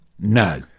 no